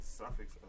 suffix